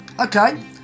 Okay